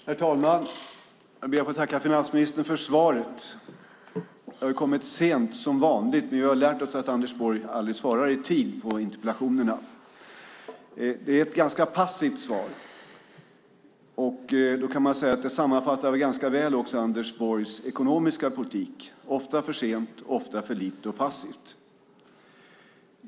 Herr talman! Jag ber att få tacka finansministern för svaret. Det har kommit sent som vanligt. Vi har lärt oss att Anders Borg aldrig svarar på interpellationerna i tid. Det är ett ganska passivt svar. Man kan säga att detta ganska väl sammanfattar Anders Borgs ekonomiska politik. Det är ofta för sent. Det är ofta för lite och passivt.